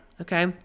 Okay